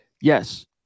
yes